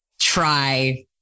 try